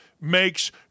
makes